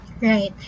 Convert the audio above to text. Right